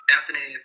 Anthony